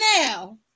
now